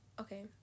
okay